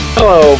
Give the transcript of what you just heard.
Hello